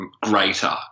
greater